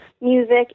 music